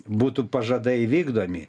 būtų pažadai vykdomi